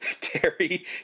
Terry